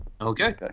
Okay